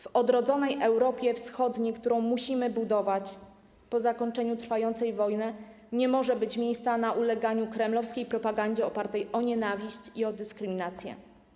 W odrodzonej Europie Wschodniej, którą musi budować po zakończeniu trwającej wojny, nie może być miejsca na uleganie kremlowskiej propagandzie opartej na nienawiści i dyskryminacji.